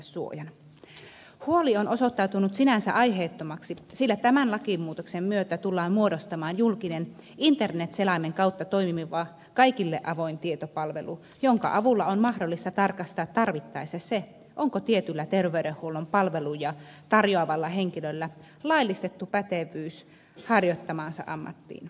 huoli on osoittautunut sinänsä aiheettomaksi sillä tämän lakimuutoksen myötä tullaan muodostamaan julkinen internetselaimen kautta toimiva kaikille avoin tietopalvelu jonka avulla on mahdollista tarkastaa tarvittaessa se onko tietyllä terveydenhuollon palveluja tarjoavalla henkilöllä laillistettu pätevyys harjoittamaansa ammattiin